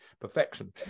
perfection